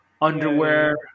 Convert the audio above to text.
underwear